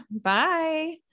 Bye